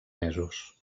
mesos